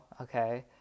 Okay